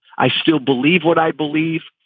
i still believe what i believe.